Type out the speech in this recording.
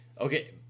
okay